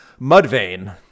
Mudvayne